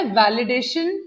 validation